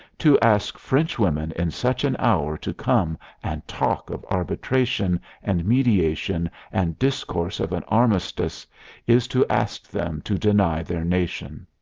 to ask frenchwomen in such an hour to come and talk of arbitration and mediation and discourse of an armistice is to ask them to deny their nation.